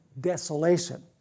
desolation